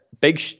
big